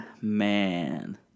man